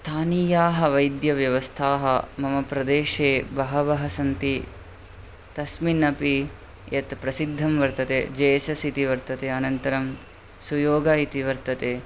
स्थानीयाः वैद्यव्यवस्थाः मम प्रदेशे बहवः सन्ति तस्मिन् अपि यत् प्रसिद्धम् वर्तते जे एस् एस् इति वर्तते अनन्तरम् सुयोगः इति वर्तते